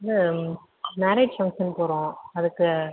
இல்லை marriage function போகிறோம் அதுக்கு